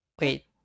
wait